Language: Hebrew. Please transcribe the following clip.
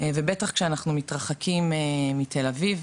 ובטח כשאנחנו מתרחקים מתל אביב,